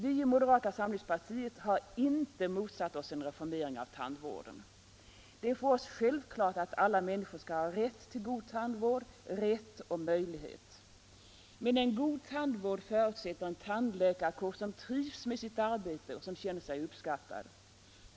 Vi i moderata samlingspartiet har inte motsatt oss en reformering av tandvården. Det är för oss självklart att alla människor skall ha rätt till god tandvård, rätt och möjlighet. Men en god tandvård förutsätter en tandläkarkår som trivs med sitt arbete och som känner sig uppskattad.